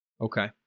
Okay